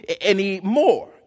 anymore